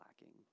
lacking